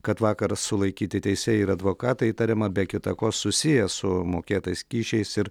kad vakar sulaikyti teisėjai ir advokatai įtariama be kita ko susiję su mokėtais kyšiais ir